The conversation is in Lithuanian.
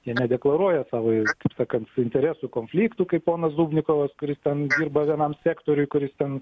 jie nedeklaruoja savo kaip sakant interesų konfliktų kaip ponas dubnikovas kuris ten dirba vienam sektoriui kuris ten